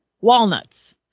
walnuts